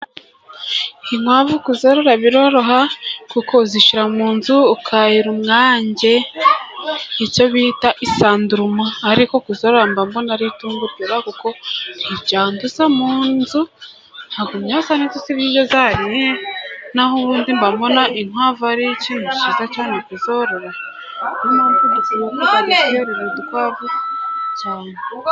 Inkwavu kuzorora biroroha kuko zishira mu nzu ukahira umwanjye icyo bita isanduruma ariko kuzorara mba mbona aritungo ryoroha kuko ntijyanduza mu nzu hagumya hasa neza usibye ibyo zariye naho ubundi mba mbona inkwavu ari ikintu ciza cane kuzorora niyo mpamvu tworora udukwavu cane.